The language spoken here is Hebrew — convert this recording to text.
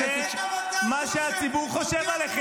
המשפחות של החטופים אמרו לי שאתם משתמשים בתמונות של הילדים שלהם.